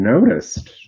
noticed